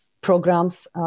programs